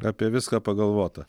apie viską pagalvota